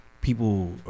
people